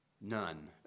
none